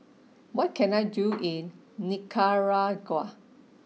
what can I do in Nicaragua